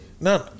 None